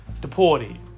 deported